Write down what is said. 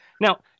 Now